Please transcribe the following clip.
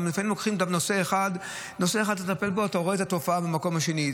לפעמים לוקחים נושא אחד לטפל ואתה רואה את התופעה במקום השני.